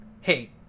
hey